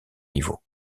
niveaux